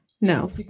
no